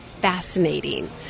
fascinating